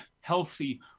healthy